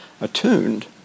attuned